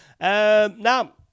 Now